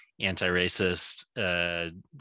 anti-racist